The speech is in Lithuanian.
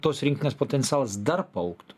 tos rinktinės potencialas dar paaugtų